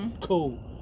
cool